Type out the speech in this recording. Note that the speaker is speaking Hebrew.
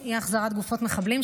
אי-החזרת גופות מחבלים),